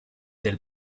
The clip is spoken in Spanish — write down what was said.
del